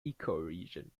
ecoregion